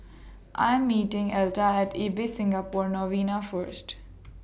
I Am meeting Elta At Ibis Singapore Novena First